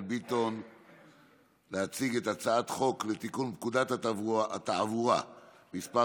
ביטון להציג את הצעת חוק לתיקון פקודת התעבורה (מס'